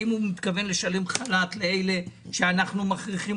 האם הוא מתכוון לשלם חל"ת לאלה שאנחנו מכריחים